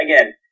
again